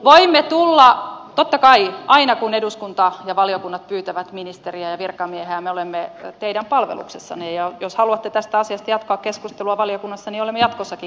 totta kai aina kun eduskunta ja valiokunnat pyytävät ministeriä ja virkamiehiä me olemme teidän palveluksessanne ja jos haluatte tästä asiasta jatkaa keskustelua valiokunnassa niin olemme jatkossakin käytettävissä